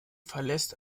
verlässt